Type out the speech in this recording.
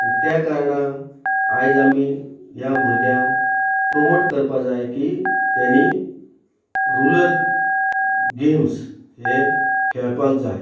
आनी त्या कारणक आयज आमी ह्या भुरग्यांक प्रोमोट करपा जाय की तेनी रुलर गेम्स हे खेळपाक जाय